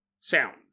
sound